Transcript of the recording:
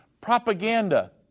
propaganda